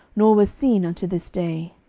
nor were seen unto this day.